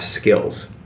skills